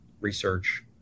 research